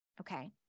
Okay